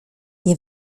nie